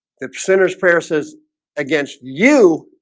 the sinner's prayer says against you